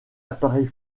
appareil